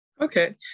Okay